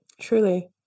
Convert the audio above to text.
Truly